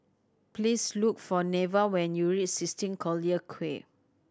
please look for Neva when you reach sixteen Collyer Quay